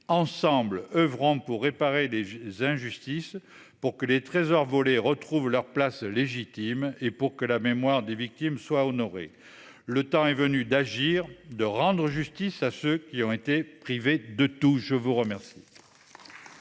ensemble oeuvrons pour réparer des injustices. Pour que les trésors volés retrouvent leur place légitime et pour que la mémoire des victimes soient honorées. Le temps est venu d'agir de rendre justice à ceux qui ont été privés de tout. Je vous remercie.